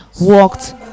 walked